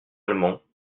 allemand